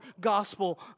gospel